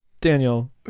Daniel